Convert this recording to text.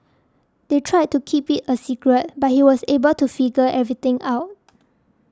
they tried to keep it a secret but he was able to figure everything out